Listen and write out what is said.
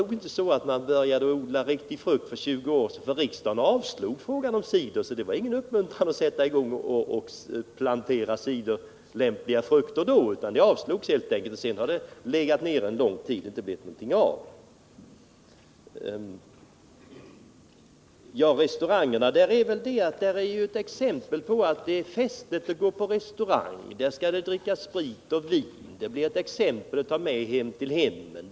Man började nog inte odla lämplig frukt för 20 år sedan, för riksdagen avslog förslaget om cider. Det var ingen uppmuntran till att sätta i gång och plantera lämpliga fruktsorter för cider. Sedan har förslaget legat nere lång tid, och det har inte blivit något av denna tanke. Man tycker att det är festligt att gå på restaurang. Där skall man dricka sprit och vin. Där ges exempel på vad man kan ta med till hemmet.